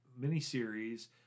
miniseries